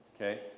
Okay